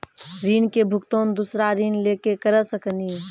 ऋण के भुगतान दूसरा ऋण लेके करऽ सकनी?